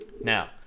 now